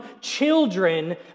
children